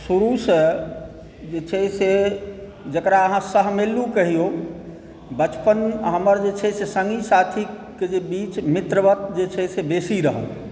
शुरुसँ जे छै से जकरा अहाँ सहमिलु कहिऔ बचपन हमर जे छै से सङ्गी साथीकेँ बीच मित्रवत जे छै से बेसी रहल